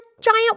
giant